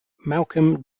malcolm